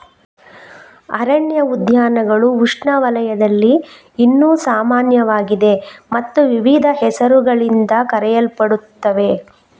ಅರಣ್ಯ ಉದ್ಯಾನಗಳು ಉಷ್ಣವಲಯದಲ್ಲಿ ಇನ್ನೂ ಸಾಮಾನ್ಯವಾಗಿದೆ ಮತ್ತು ವಿವಿಧ ಹೆಸರುಗಳಿಂದ ಕರೆಯಲ್ಪಡುತ್ತವೆ